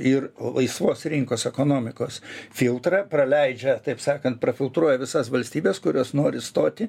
ir laisvos rinkos ekonomikos filtrą praleidžia taip sakant prafiltruoja visas valstybes kurios nori stoti